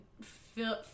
feel